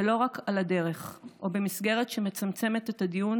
ולא רק על הדרך או במסגרת שמצמצמת את הדיון